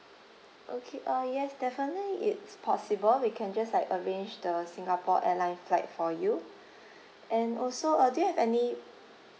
okay uh yes definitely it's possible we can just like arrange the singapore airlines flight for you and also uh do you have any